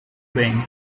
bem